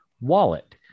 wallet